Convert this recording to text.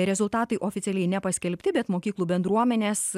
rezultatai oficialiai nepaskelbti bet mokyklų bendruomenės